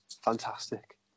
Fantastic